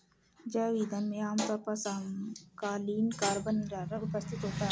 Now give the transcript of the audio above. जैव ईंधन में आमतौर पर समकालीन कार्बन निर्धारण उपस्थित होता है